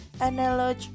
analog